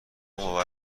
باور